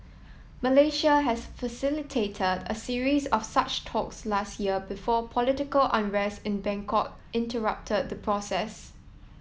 Malaysia has facilitated a series of such talks last year before political unrest in Bangkok interrupted the process